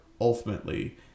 ultimately